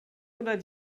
oder